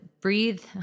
breathe